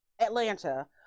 Atlanta